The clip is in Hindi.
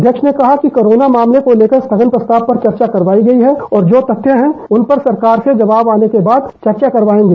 अध्यक्ष ने कहा कि कोरोना मामले को लेकर स्थगन प्रस्ताव पर चर्चा करवाई गई है और जो तथ्य हैं उन पर सरकार से जवाब आने के बाद चर्चा करवाएंगे